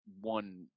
one